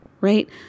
right